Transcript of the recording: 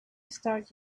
start